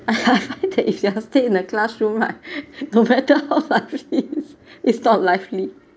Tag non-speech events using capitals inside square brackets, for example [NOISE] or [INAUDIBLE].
[LAUGHS] that if they are stay in the classroom [LAUGHS] right [LAUGHS] no matter how funny [LAUGHS] is not lively [LAUGHS]